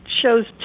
Shows